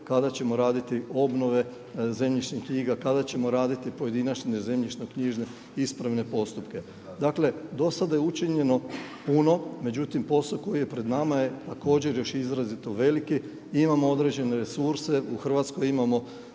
kada ćemo raditi obnove zemljišnih knjiga, kada ćemo raditi pojedinačne zemljišno-knjižne ispravne postupka. Dakle do sada je učinjeno puno, međutim posao koji je pred nama je također izrazito veliki i imamo određene resurse u Hrvatskoj, imamo